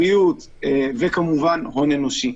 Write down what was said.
בריאות וכמובן הון אנושי.